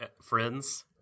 friends